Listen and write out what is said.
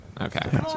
okay